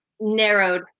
narrowed